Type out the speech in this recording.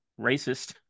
racist